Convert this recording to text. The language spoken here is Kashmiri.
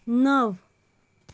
نَو